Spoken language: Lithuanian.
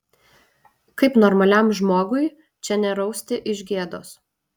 kaip normaliam žmogui čia nerausti iš gėdos